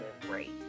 great